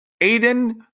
Aiden